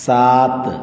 सात